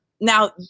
Now